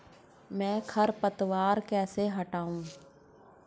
मैं खरपतवार कैसे हटाऊं?